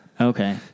Okay